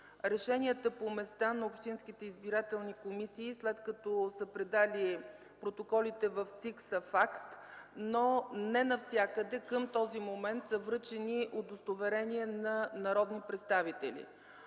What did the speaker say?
Решенията по места на общинските избирателни комисии, след като са предали протоколите в ЦИК, са факт. Към този момент не навсякъде са връчени удостоверения на народни представители.